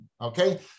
okay